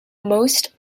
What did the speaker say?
most